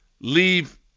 leave